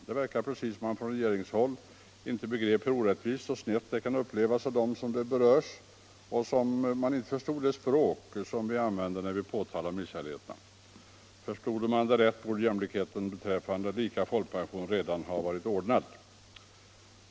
Det verkar precis som om man från regeringshåll inte begrep hur orättvist och snett det kan upplevas av dem det berör och som om man inte förstod det språk vi använder när vi påtalar misshälligheterna. Förstod man det rätt, borde jämlikheten beträffande lika folkpension för alla redan ha varit ordnad.